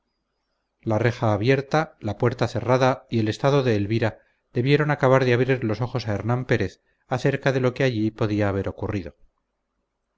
la reja abierta la puerta cerrada y el estado de elvira debieron acabar de abrir los ojos a hernán pérez acerca de lo que allí podía haber ocurrido